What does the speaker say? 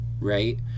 right